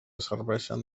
serveixen